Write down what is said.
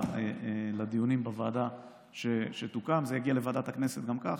זאת המדיניות שלכם.